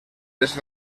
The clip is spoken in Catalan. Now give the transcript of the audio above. les